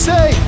Say